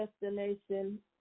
destination